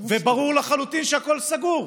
וברור לחלוטין שהכול סגור,